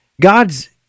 God's